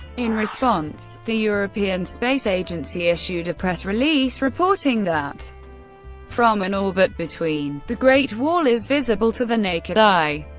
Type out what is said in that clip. in response, the european space agency issued a press release reporting that from an orbit between, the great wall is visible to the naked eye.